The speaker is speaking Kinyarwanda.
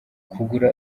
kugura